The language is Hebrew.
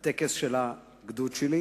הטקס של הגדוד שלי.